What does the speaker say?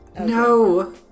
No